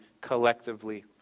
collectively